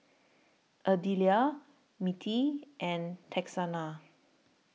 Adelia Mittie and Texanna